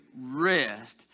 rest